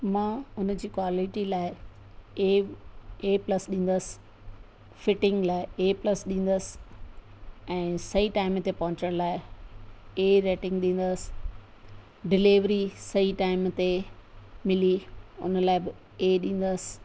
मां उन जी क्वालिटी लाइ ए ए प्लस ॾींदसि फिटिंग लाइ ए प्लस ॾींदसि ऐं सही टाइम ते पहुचण लाइ ए रेटिंग ॾींदसि डिलीवरी सही टाइम ते मिली उन लाइ बि ए ॾींदसि